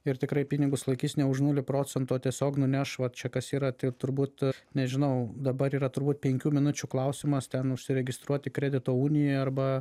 ir tikrai pinigus laikys ne už nuli procentų o tiesiog nuneš vat čia kas yra tai turbūt nežinau dabar yra turbūt penkių minučių klausimas ten užsiregistruoti kredito unijoj arba